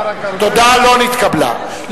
קדימה לסעיף 1 לא נתקבלה.